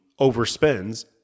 overspends